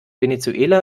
venezuela